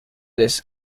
this